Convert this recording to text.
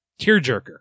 Tearjerker